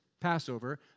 Passover